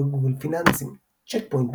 בגוגל פיננסים צ'ק פוינט,